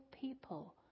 people